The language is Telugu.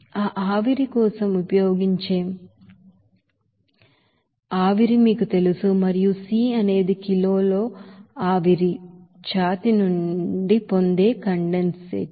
ఆ ఆవిరి కోసం ఉపయోగించే ఆవిరి మీకు తెలుసా మరియు సి అనేది కిలోలో స్టీమ్ చెస్ట్ నుండి పొందే కండెన్సేట్